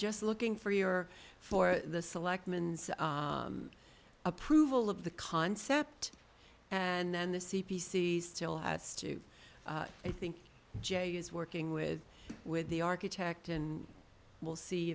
just looking for your for the selectmen approval of the concept and then the c p c still has to i think jay is working with with the architect and we'll see